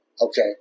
Okay